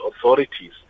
authorities